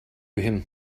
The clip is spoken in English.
him